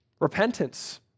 Repentance